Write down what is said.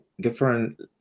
different